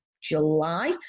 July